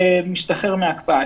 ומשתחרר מההקפאה.